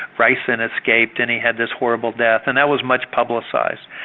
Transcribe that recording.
ricin, escaped and he had this horrible death. and that was much publicised.